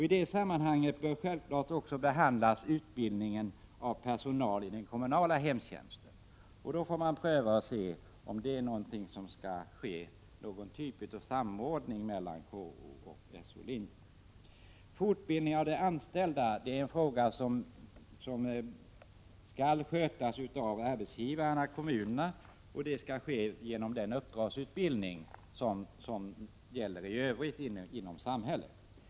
I det sammanhanget bör man självfallet också behandla frågan om utbildning av personal i den kommunala hemtjänsten. Man får pröva och se om det behövs någon typ av samordning när det gäller KO och SO-linjerna. Frågan om fortbildning av de anställda skall handhas av arbetsgivaren — dvs. kommunerna. Arbetet skall ske i form av uppdragsutbildning, i enlighet med vad som gäller i övrigt i samhället.